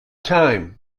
time